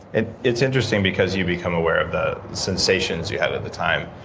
and it's interesting, because you become aware of the sensations you had at the time.